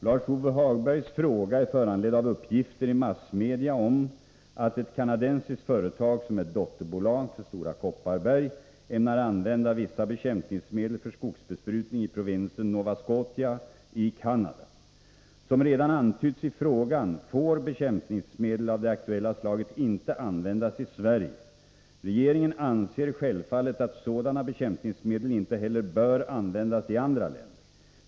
Lars-Ove Hagbergs fråga är föranledd av uppgifter i massmedia om att ett kanadensiskt företag som är dotterbolag till Stora Kopparberg ämnar använda vissa bekämpningsmedel för skogsbesprutning i provinsen Nova Scotia i Canada. Som redan antytts i frågan får bekämpningsmedel av det aktuella slaget inte användas i Sverige. Regeringen anser självfallet att sådana bekämpningsmedel inte heller bör användas i andra länder.